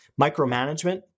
Micromanagement